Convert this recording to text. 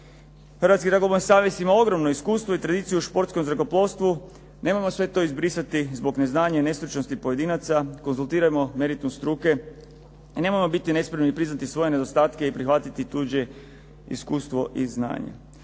Hrvatski zrakoplovni savez ima ogromno iskustvo i tradiciju u športskom zrakoplovstvu. Nemojmo sve to izbrisati zbog neznanja i nestručnosti pojedinaca, konzultirajmo meritum struke, nemojmo biti nespremni i priznati svoje nedostatke i prihvatiti tuđe iskustvo i znanje.